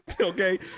okay